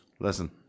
Listen